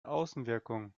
außenwirkung